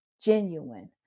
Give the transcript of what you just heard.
genuine